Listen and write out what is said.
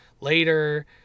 later